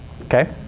Okay